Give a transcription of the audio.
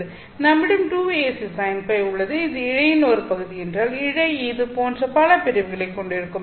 நம்மிடம் 2AC sin φ உள்ளது இது இழையின் ஒரு பகுதி என்றால் இழை இது போன்ற பல பிரிவுகளைக் கொண்டிருக்கும்